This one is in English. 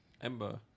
Ember